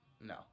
No